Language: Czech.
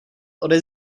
ode